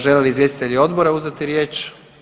Žele li izvjestitelji odbora uzeti riječ?